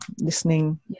listening